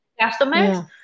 customers